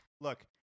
Look